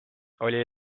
oli